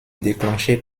déclenché